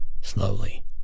Slowly